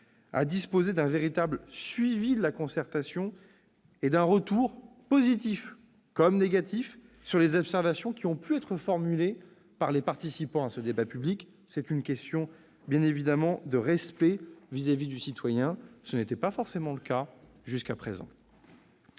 à disposer d'un véritable suivi de la concertation et d'un retour- positif comme négatif -sur les observations qui ont pu être formulées par les participants au débat public. C'est une question de respect à l'égard du citoyen. Ce n'était pas forcément le cas jusqu'à présent.